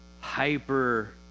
hyper